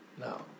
Now